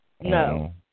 No